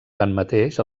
tanmateix